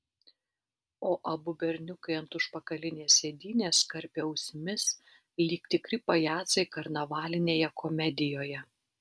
o abu berniukai ant užpakalinės sėdynės karpė ausimis lyg tikri pajacai karnavalinėje komedijoje